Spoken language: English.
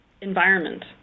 environment